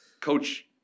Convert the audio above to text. Coach